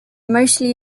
mostly